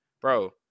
bro